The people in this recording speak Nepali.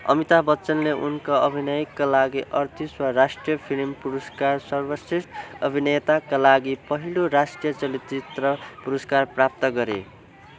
अमिताभ बच्चनले उनको अभिनयका लागि अठतिसौँ राष्ट्रिय फिल्म पुरस्कारमा सर्वश्रेष्ठ अभिनेताका लागि पहिलो राष्ट्रिय चलचित्र पुरस्कार प्राप्त गरे